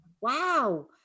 wow